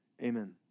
Amen